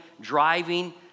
driving